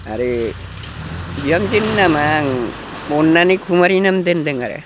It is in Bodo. आरो बिहामजोनि नामा आं अननानै खुमारि नाम दोनदों आरो